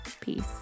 Peace